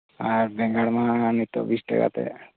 ᱟᱨ ᱵᱮᱸᱜᱟᱲ ᱢᱟ ᱱᱤᱛᱚᱜ ᱵᱤᱥ ᱴᱟᱠᱟ ᱠᱟᱛᱮᱫ